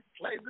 play